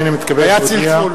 הנני מתכבד להודיע,